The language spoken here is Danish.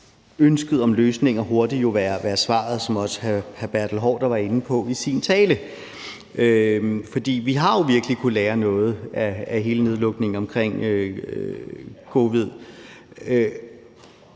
ønsket om løsninger hurtigt være svaret, som også hr. Bertel Haarder var inde på i sin tale. For vi har jo virkelig kunnet lære noget af hele nedlukningen i